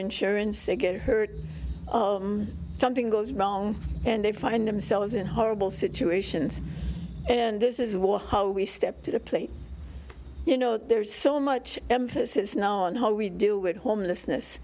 insurance they get hurt something goes wrong and they find themselves in horrible situations and this is one how we step to the plate you know there's so much emphasis now on how we do with homelessness